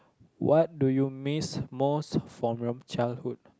what do you miss most from your childhood